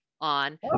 on